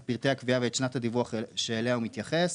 פרטי הקביעה ואת שנת הדיווח שאליה היא מתייחסת.